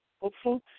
hopeful